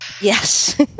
Yes